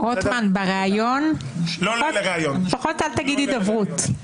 רוטמן, בריאיון לפחות אל תגיד הידברות.